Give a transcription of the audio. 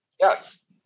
yes